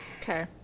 Okay